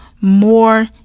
more